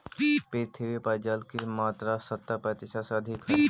पृथ्वी पर जल के मात्रा सत्तर प्रतिशत से अधिक हई